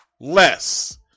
less